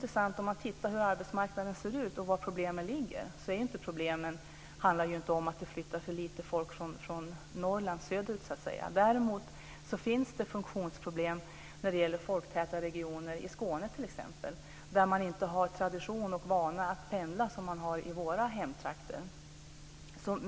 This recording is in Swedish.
Sett till hur arbetsmarknaden ser ut och till var problemen ligger handlar det ju inte om att för lite folk flyttar från Norrland söderut. Däremot finns det funktionsproblem i folktäta regioner i t.ex. Skåne där man inte har samma tradition av att pendla som folk har i våra hemtrakter.